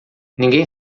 ninguém